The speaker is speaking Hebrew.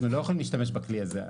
אנחנו לא יכולים להשתמש בכלי הזה.